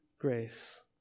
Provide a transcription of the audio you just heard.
grace